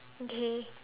okay